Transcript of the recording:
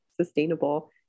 sustainable